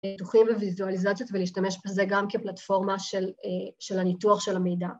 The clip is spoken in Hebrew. ‫ניתוחים לויזואליזציות ולהשתמש בזה ‫גם כפלטפורמה של הניתוח של המידע.